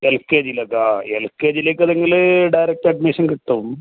L K ജിയിലതാ L K ജിയിലേക്ക് ആണെങ്കിൽ ഡയറക്റ്റ് അഡ്മിഷൻ കിട്ടും